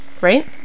Right